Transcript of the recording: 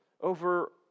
Over